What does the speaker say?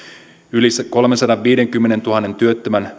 yli kolmensadanviidenkymmenentuhannen työttömän